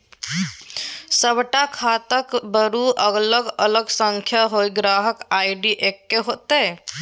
सभटा खाताक बरू अलग अलग संख्या होए ग्राहक आई.डी एक्के हेतै